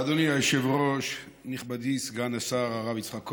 אדוני היושב-ראש, נכבדי סגן השר הרב יצחק כהן,